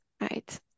right